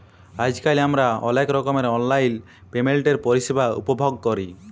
আইজকাল আমরা অলেক রকমের অললাইল পেমেল্টের পরিষেবা উপভগ ক্যরি